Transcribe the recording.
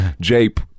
jape